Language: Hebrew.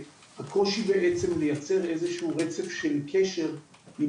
והקושי בעצם לייצר איזה שהוא רצף של קשר עם